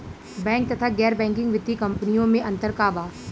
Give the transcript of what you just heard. Bank तथा गैर banking वित्तीय कम्पनीयो मे अन्तर का बा?